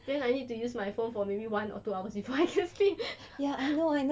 then I need to use my phone for maybe one or two hours before I can sleep